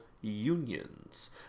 unions